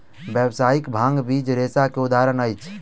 व्यावसायिक भांग बीज रेशा के उदाहरण अछि